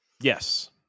Yes